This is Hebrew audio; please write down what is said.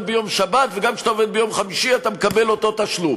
ביום שבת וגם כשאתה עובד ביום חמישי אתה מקבל אותו תשלום.